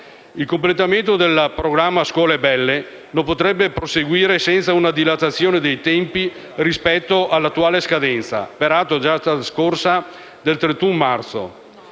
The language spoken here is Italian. Il completamento del programma «scuole belle» non potrebbe proseguire senza una dilatazione dei tempi rispetto all'attuale scadenza, peraltro già trascorsa, del 31 marzo.